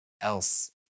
else